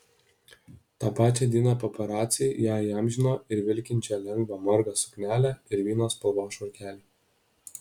tą pačią dieną paparaciai ją įamžino ir vilkinčią lengvą margą suknelę ir vyno spalvos švarkelį